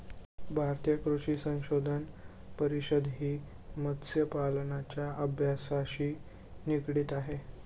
भारतीय कृषी संशोधन परिषदही मत्स्यपालनाच्या अभ्यासाशी निगडित आहे